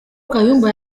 kayumba